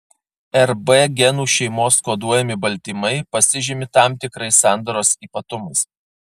rb genų šeimos koduojami baltymai pasižymi tam tikrais sandaros ypatumais